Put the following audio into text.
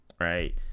right